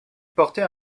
portait